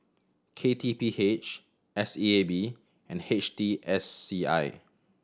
K T P H S E A B and H T S C I